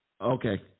Okay